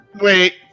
Wait